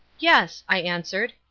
yes, i answered.